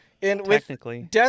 Technically